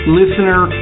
listener